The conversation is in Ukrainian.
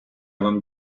вам